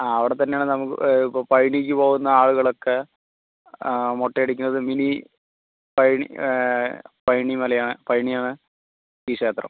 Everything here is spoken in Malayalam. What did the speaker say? ആ അവിടെത്തന്നെയാണ് ഇപ്പം പഴനിക്ക് പോകുന്ന ആളുകളൊക്കെ മൊട്ട അടിക്കുന്നതും മിനി പഴനി പഴനിമല ആണ് പഴനി ആണ് ഈ ക്ഷേത്രം